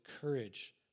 courage